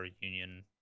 union